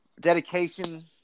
dedication